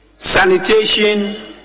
Sanitation